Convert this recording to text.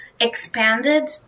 expanded